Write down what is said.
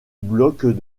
blocs